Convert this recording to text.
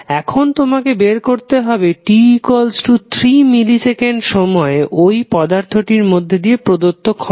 এখন তোমাকে বের করতে হবে t3 মিলি সেকেন্ড সময়ে ওই পদার্থটির মধ্যে দিয়ে প্রদত্ত ক্ষমতা